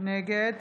נגד